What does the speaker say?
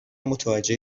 متوجه